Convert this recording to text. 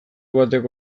bateko